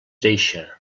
deixa